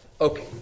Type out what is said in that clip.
Okay